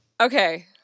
Okay